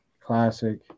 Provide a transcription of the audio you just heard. Classic